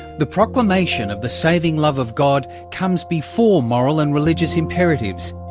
the proclamation of the saving love of god comes before moral and religious imperatives.